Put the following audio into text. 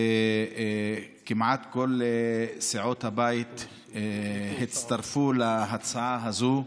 וכמעט כל סיעות הבית הצטרפו להצעה הזאת.